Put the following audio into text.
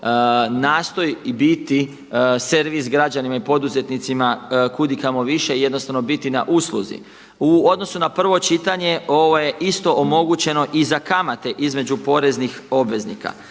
nastoji biti servis građanima i poduzetnicima kud i kamo više i jednostavno biti na usluzi. U odnosu na prvo čitanje ovo je isto omogućeno i za kamate između poreznih obveznika.